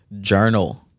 journal